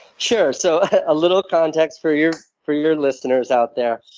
sure. so, a little context for your for your listeners out there.